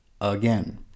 Again